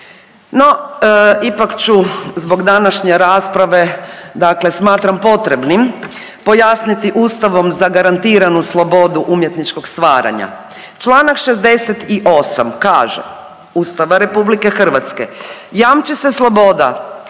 No ipak ću zbog današnje rasprave dakle smatram potrebnim pojasniti Ustavom zagarantiranu slobodu umjetničkog stvaranja. Čl. 68 kaže Ustava RH, jamči se sloboda